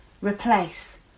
replace